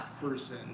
person